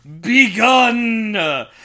begun